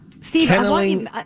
Steve